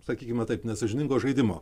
sakykime taip nesąžiningo žaidimo